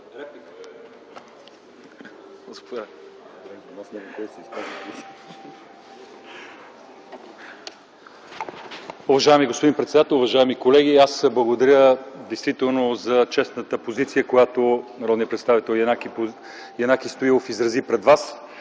Уважаеми господин председател, уважаеми колеги! Аз благодаря за честната позиция, която народният представител Янаки Стоилов изрази пред вас.